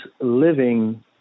living